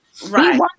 Right